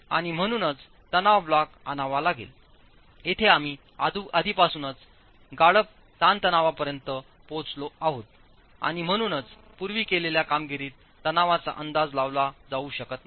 आणि म्हणूनच तणाव ब्लॉक आणावा लागेलयेथे आम्ही आधीपासूनच गाळप ताणतणावापर्यंत पोहोचलो आहोत आणि म्हणूनच पूर्वी केलेल्या कामगिरीत तणावाचा अंदाज लावला जाऊ शकत नाही